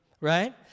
right